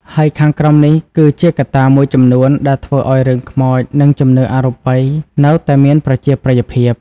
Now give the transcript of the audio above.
ហើយខាងក្រោមនេះគឺជាកត្តាមួយចំនួនដែលធ្វើឲ្យរឿងខ្មោចនិងជំនឿអរូបីនៅតែមានប្រជាប្រិយភាព។